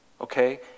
okay